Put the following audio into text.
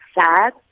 sad